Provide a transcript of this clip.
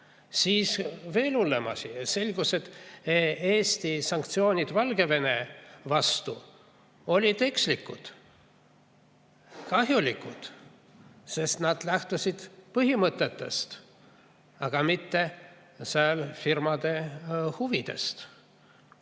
Ja veel hullem asi: selgus, et Eesti sanktsioonid Valgevene vastu olid ekslikud, kahjulikud, sest nad lähtusid põhimõtetest, aga mitte firmade huvidest.